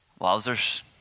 Wowzers